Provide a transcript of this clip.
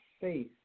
faith